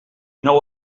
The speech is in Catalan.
nou